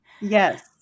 yes